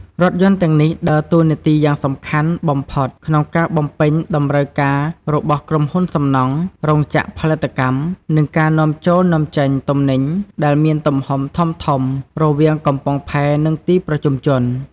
រថយន្តទាំងនេះដើរតួនាទីយ៉ាងសំខាន់បំផុតក្នុងការបំពេញតម្រូវការរបស់ក្រុមហ៊ុនសំណង់ រោងចក្រផលិតកម្ម និងការនាំចូលនាំចេញទំនិញដែលមានទំហំធំៗរវាងកំពង់ផែនិងទីប្រជុំជន។